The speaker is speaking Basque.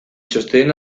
txostenen